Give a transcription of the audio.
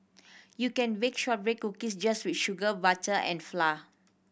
you can bake shortbread cookies just with sugar butter and flour